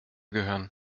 gehören